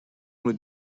would